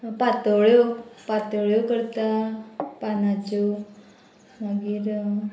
पातोळ्यो पातोळ्यो करता पानाच्यो मागीर